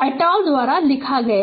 अलRosten et al द्वारा लिखा गया है